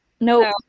No